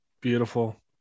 Beautiful